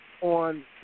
on